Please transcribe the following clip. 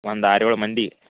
ಒಂದು ಆರು ಏಳು ಮಂದಿ